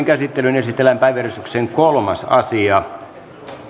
käsittelyyn esitellään päiväjärjestyksen kolmas asia